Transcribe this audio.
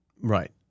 Right